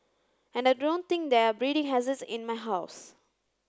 and I don't think there are breeding hazards in my house